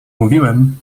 mówiłem